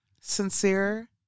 sincere